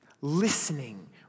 listening